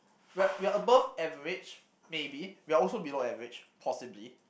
we're we're above average maybe we're also below average possibly